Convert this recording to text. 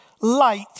light